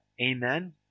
Amen